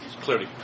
clearly